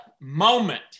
moment